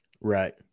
right